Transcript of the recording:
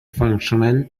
functional